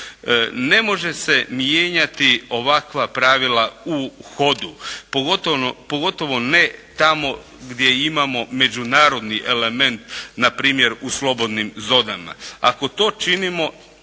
Ne može se mijenjati ovakva pravila u hodu pogotovo ne tamo gdje imamo međunarodni element npr. u slobodnim zonama.